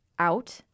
out